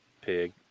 Pig